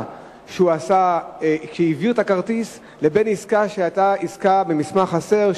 שהוא עשה עם הכרטיס לבין עסקה שהיתה במסמך חסר,